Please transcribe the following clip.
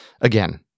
Again